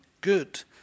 good